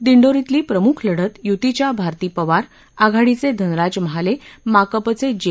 दिंडोरीतली प्रमुख लढत यूतीच्या भारती पवार आघाडीचे धनराज महाले माकपचे जे